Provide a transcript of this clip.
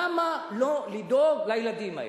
למה לא לדאוג לילדים האלה?